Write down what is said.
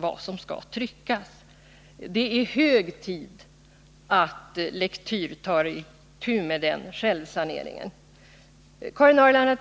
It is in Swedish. Men nu är det hög tid att Lektyr tar itu med den självsaneringen. Karin Ahrland